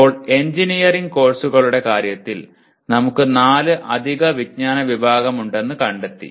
ഇപ്പോൾ എഞ്ചിനീയറിംഗ് കോഴ്സുകളുടെ കാര്യത്തിൽ നമുക്ക് നാല് അധിക വിജ്ഞാന വിഭാഗമുണ്ടെന്ന് കണ്ടെത്തി